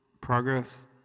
progress